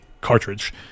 cartridge